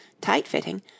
tight-fitting